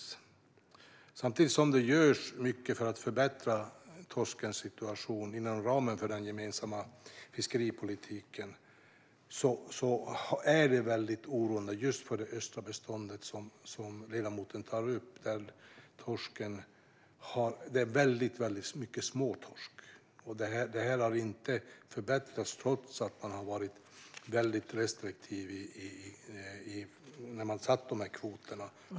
Samtidigt som mycket görs inom ramen för den gemensamma fiskeripolitiken för att förbättra situationen för torsken är det oroande att det just i det östra beståndet är väldigt mycket småtorsk. Och det har inte förbättrats trots att man var väldigt restriktiv när man satte kvoterna.